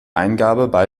eingabe